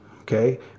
Okay